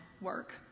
work